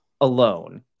alone